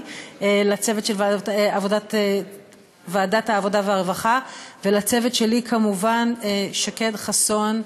לצוות של ועדת העבודה והרווחה ולצוות שלי כמובן: שקד חסון,